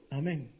amen